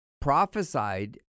prophesied